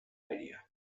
idea